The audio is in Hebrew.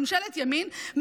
ממשלת ימין,